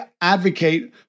advocate